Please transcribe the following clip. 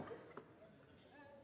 Merci,